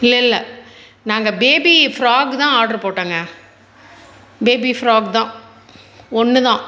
இல்லல்லை நாங்கள் baby frock தான் ஆட்ரு போட்டோங்க பேபி ஃப்ராக் தான் ஒன்றுதான்